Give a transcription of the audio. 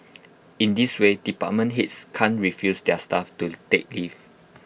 in this way department heads can't refuse their staff to take leave